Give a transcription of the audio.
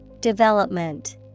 Development